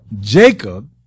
Jacob